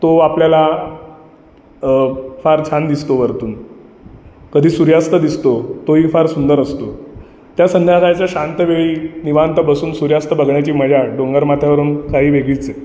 तो आपल्याला फार छान दिसतो वरतून कधी सूर्यास्त दिसतो तोही फार सुंदर असतो त्या संध्याकाळच्या शांत वेळी निवांत बसून सूर्यास्त बघण्याची मजा डोंगरमाथ्यावरून काही वेगळीच आहे